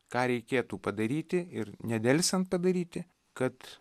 ką reikėtų padaryti ir nedelsiant padaryti kad